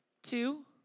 Two